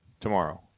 tomorrow